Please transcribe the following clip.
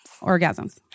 Orgasms